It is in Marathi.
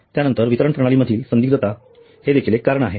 त्यानंतर वितरण प्रणाली मधील संदिग्धता हे देखील एक कारण आहे